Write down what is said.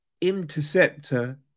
Interceptor